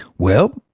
well,